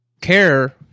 care